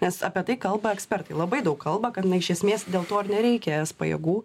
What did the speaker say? nes apie tai kalba ekspertai labai daug kalba kad na iš esmės dėl to ir nereikia es pajėgų